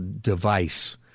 device